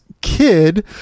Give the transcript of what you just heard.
kid